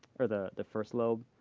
or the the first lobe.